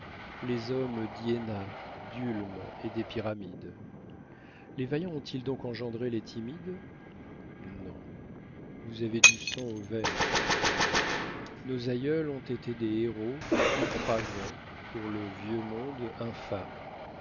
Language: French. les hommes d'iéna d'ulm et des pyramides les vaillants ont-ils donc engendré les timides non vous avez du sang aux veines jeunes gens nos aïeux ont été des héros outrageants pour le vieux monde infâme